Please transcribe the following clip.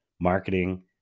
marketing